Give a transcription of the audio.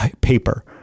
paper